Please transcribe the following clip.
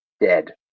dead